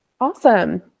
Awesome